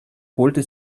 holte